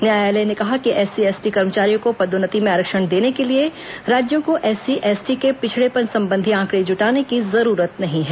न्यायालय ने कहा कि एससीएसटी कर्मचारियों को पदोन्नति में आरक्षण देने के लिए राज्यों को एससीएसटी के पिछड़ेपन संबंधी आंकड़े जुटाने की जरूरत नहीं है